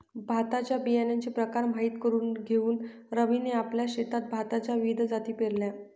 भाताच्या बियाण्याचे प्रकार माहित करून घेऊन रवीने आपल्या शेतात भाताच्या विविध जाती पेरल्या